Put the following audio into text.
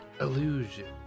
Illusion